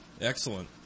Excellent